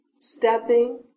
stepping